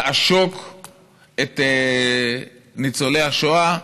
לעשוק את ניצולי השואה.